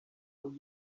aux